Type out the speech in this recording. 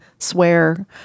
Swear